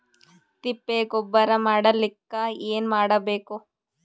ತಿಪ್ಪೆ ಗೊಬ್ಬರ ಮಾಡಲಿಕ ಏನ್ ಮಾಡಬೇಕು?